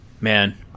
man